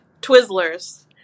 Twizzlers